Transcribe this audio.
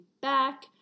back